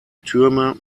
türme